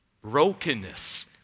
Brokenness